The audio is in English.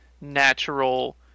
natural